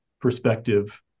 perspective